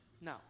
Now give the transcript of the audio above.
no